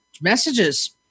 messages